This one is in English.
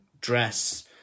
dress